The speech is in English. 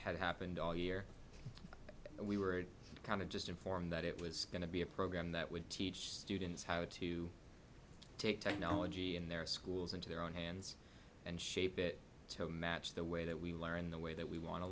had happened all year and we were kind of just informed that it was going to be a program that would teach students how to take technology in their schools into their own hands and shape it to match the way that we learn the way that we want to